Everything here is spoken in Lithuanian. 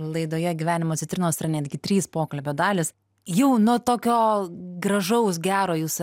laidoje gyvenimo citrinos yra netgi trys pokalbio dalys jau nuo tokio gražaus gero jūs